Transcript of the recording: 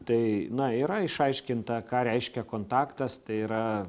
tai na yra išaiškinta ką reiškia kontaktas tai yra